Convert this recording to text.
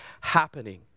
happening